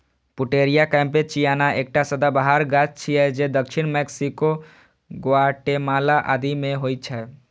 Pouteria कैम्पेचियाना एकटा सदाबहार गाछ छियै जे दक्षिण मैक्सिको, ग्वाटेमाला आदि मे होइ छै